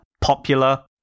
popular